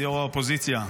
גופי מודיעין.